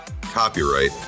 Copyright